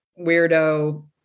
weirdo